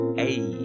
hey